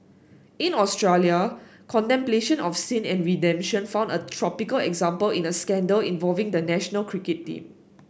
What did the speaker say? in Australia contemplation of sin and redemption found a topical example in a scandal involving the national cricket team